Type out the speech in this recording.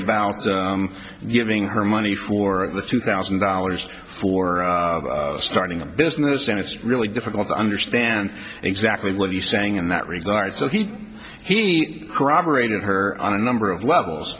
about giving her money for the two thousand dollars or starting a business and it's really difficult to understand exactly what he's saying in that regard so he he corroborated her on a number of levels